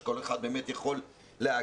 שכל אחד באמת יכול להגיע,